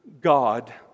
God